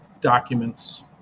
documents